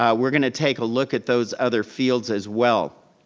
um we're gonna take a look at those other fields as well.